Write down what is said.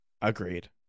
Agreed